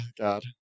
God